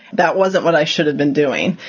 that wasn't what i should have been doing.